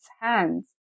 hands